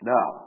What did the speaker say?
Now